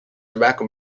tobacco